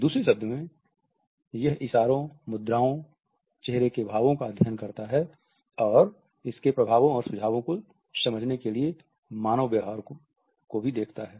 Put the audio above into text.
दूसरे शब्दों में यह इशारों मुद्राओं चेहरे के भावों का अध्ययन करता है और इसके प्रभावों और सुझावों को समझने के लिए मानव के व्यवहार को भी देखता है